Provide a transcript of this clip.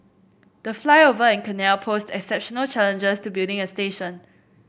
the flyover and canal posed exceptional challenges to building a station